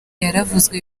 yaravuzwe